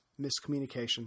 miscommunication